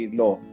law